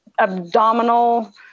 abdominal